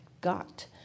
got